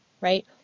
right